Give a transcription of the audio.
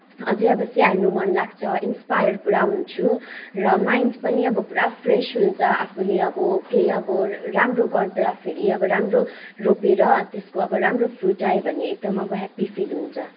अझै अब स्याहार्नु मनलाग्छ इन्सपायर पुरा हुन्छु र माइन्ड पनि अब पुरा फ्रेस हुन्छ आफूले अब केही अब राम्रो गर्दाखेरि अब राम्रो रोपेर अब त्यसको अब राम्रो फ्रुट आयो भने एकदम हेप्पी फिल हुन्छ